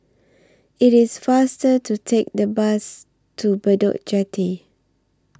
IT IS faster to Take The Bus to Bedok Jetty